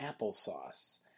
Applesauce